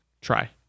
try